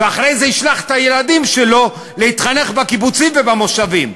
ואחרי זה ישלח את הילדים שלו להתחנך בקיבוצים ובמושבים.